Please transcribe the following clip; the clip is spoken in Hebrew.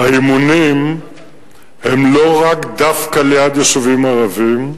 האימונים הם לא רק דווקא ליד יישובים ערביים.